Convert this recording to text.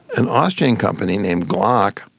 an austrian company named glock,